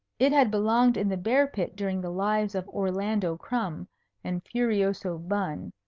it had belonged in the bear-pit during the lives of orlando crumb and furioso bun,